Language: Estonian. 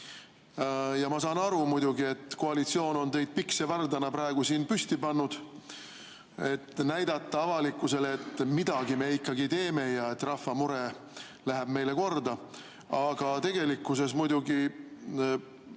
Ma saan aru muidugi, et koalitsioon on teid piksevardana praegu siia püsti pannud, et näidata avalikkusele: midagi me ikkagi teeme ja rahva mure läheb meile korda. Aga tegelikkuses muidugi